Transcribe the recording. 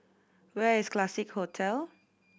where is Classique Hotel